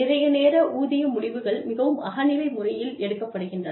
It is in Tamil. நிறைய நேர ஊதிய முடிவுகள் மிகவும் அகநிலை முறையில் எடுக்கப்படுகின்றன